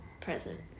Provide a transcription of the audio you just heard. present